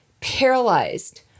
paralyzed